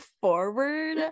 forward